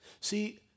See